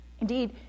Indeed